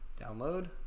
Download